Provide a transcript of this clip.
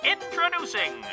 Introducing